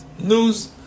news